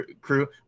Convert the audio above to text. crew